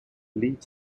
lead